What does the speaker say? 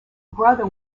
brother